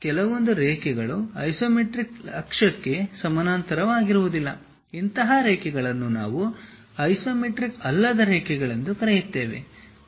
ಕೆಲವೊಂದು ರೇಖೆಗಳು ಐಸೊಮೆಟ್ರಿಕ್ ಅಕ್ಷಕ್ಕೆ ಸಮಾನಾಂತರವಾಗಿರುವುದಿಲ್ಲ ಇಂತಹ ರೇಖೆಗಳನ್ನು ನಾವು ಐಸೊಮೆಟ್ರಿಕ್ ಅಲ್ಲದ ರೇಖೆಗಳೆಂದು ಕರೆಯುತ್ತೇವೆ